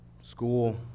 school